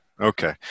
Okay